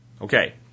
Okay